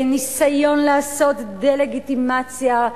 ניסיון לעשות דה-לגיטימציה,